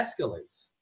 escalates